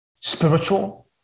Spiritual